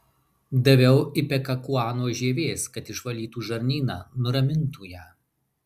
daviau ipekakuanos žievės kad išvalytų žarnyną nuramintų ją